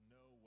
no